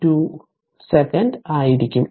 2 second ആയിരിക്കും